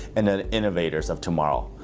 and the innovators of tomorrow.